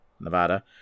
Nevada